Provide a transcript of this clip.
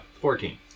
fourteen